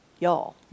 y'all